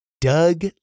Doug